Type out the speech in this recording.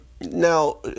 Now